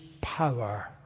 power